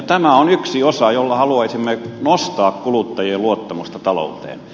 tämä on yksi osa jolla haluaisimme nostaa kuluttajien luottamusta talouteen